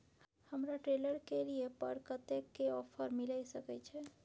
हमरा ट्रेलर के लिए पर कतेक के ऑफर मिलय सके छै?